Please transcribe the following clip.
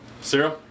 Sarah